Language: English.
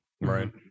Right